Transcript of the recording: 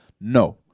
No